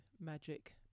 magic